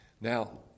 Now